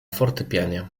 fortepianie